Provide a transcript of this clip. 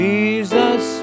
Jesus